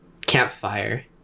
campfire